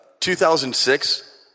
2006